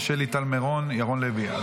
שלי טל מירון וירון לוי.